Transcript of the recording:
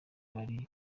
bari